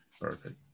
Perfect